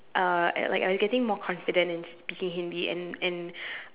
uh at like I was getting more confident in speaking Hindi and and